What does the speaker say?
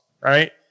Right